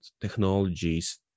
technologies